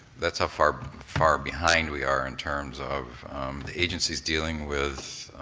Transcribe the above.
that's how far far behind we are in terms of the agencies dealing with